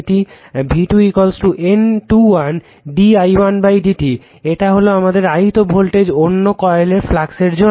v2 N21 d i1 dt এটা হলো আমাদের আহিত ভোল্টেজ অন্য কয়েলের ফ্লাক্সের জন্য